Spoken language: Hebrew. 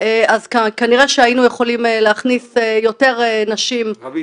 אז כנראה שהיינו יכולים להכניס יותר נשים --- רוית,